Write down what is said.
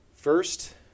First